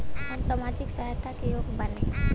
हम सामाजिक सहायता के योग्य बानी?